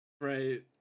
right